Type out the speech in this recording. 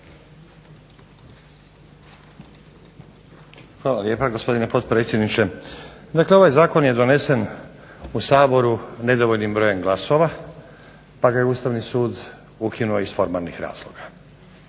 Hvala lijepa gospodine potpredsjedniče. Dakle, ovaj zakon je donesen u Saboru nedovoljnim brojem glasova pa ga je Ustavni sud ukinuo iz formalnih razloga.